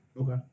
Okay